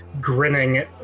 grinning